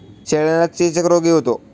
शेळ्यांना चेचक रोगही होतो